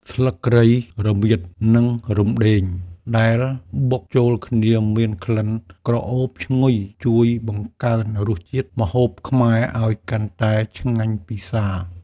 ស្លឹកគ្រៃ រមៀត និងរំដេងដែលបុកចូលគ្នាមានក្លិនក្រអូបឈ្ងុយជួយបង្កើនរសជាតិម្ហូបខ្មែរឱ្យកាន់តែឆ្ងាញ់ពិសា។